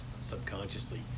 subconsciously